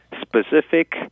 specific